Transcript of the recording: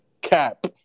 Cap